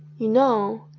you know,